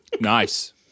nice